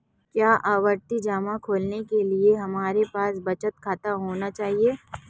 क्या आवर्ती जमा खोलने के लिए हमारे पास बचत खाता होना चाहिए?